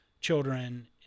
children